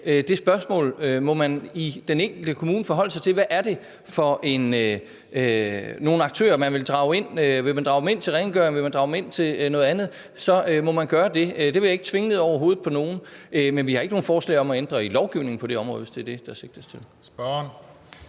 det spørgsmål må man forholde sig til i den enkelte kommune: Hvad er det for nogle aktører, man vil drage ind? Vil man drage dem ind til rengøring, vil man drage dem ind til noget andet, så må man gøre det. Det vil jeg ikke tvinge ned over hovedet på nogen. Men vi har ikke nogen forslag om at ændre i lovgivningen på det område, hvis det er det, der sigtes til.